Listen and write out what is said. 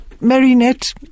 Marinette